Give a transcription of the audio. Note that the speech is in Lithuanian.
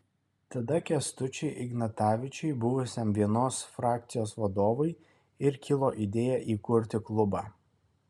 tada kęstučiui ignatavičiui buvusiam vienos frakcijos vadovui ir kilo idėja įkurti klubą